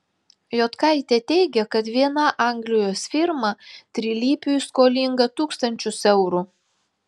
jotkaitė teigė kad viena anglijos firma trilypiui skolinga tūkstančius eurų